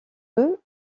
deux